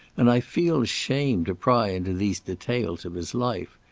and i feel ashamed to pry into these details of his life.